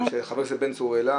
מה שחבר הכנסת בן צור העלה,